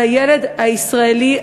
על הילד הישראלי,